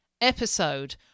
episode